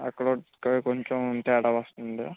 అక్కడ అక్కడ కొంచెం తేడా వస్తుంది